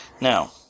Now